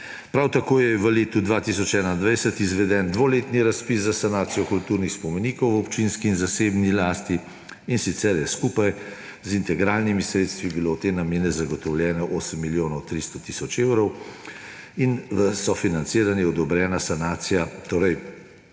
Prav tako je v letu 2021 izveden dvoletni razpis za sanacijo kulturnih spomenikov v občinski in zasebni lasti, in sicer je skupaj z integralnimi sredstvi bilo v te namene zagotovljeno 8 milijonov 300 tisoč evrov in v sofinanciranje odobrena sanacija za